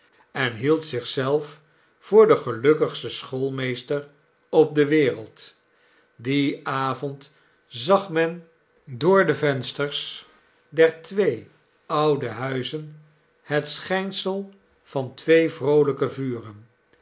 en hield zich zelven voor den gelukkigsten schoolmeester op de wereld dien avond zag men door de vensters der twee oude huizen het schijnsel van twee vroolijke vuren